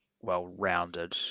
well-rounded